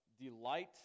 delight